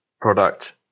product